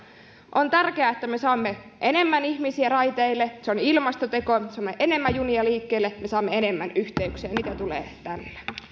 on tärkeää että me saamme enemmän ihmisiä raiteille se on ilmastoteko saamme enemmän junia liikkeelle me saamme enemmän yhteyksiä mitä tulee